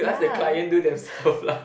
ya